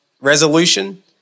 resolution